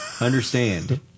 Understand